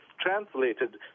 translated